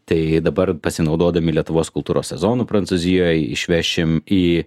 tai dabar pasinaudodami lietuvos kultūros sezonu prancūzijoj išvešim į